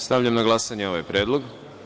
Stavljam na glasanje ovaj predlog.